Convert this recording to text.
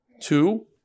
two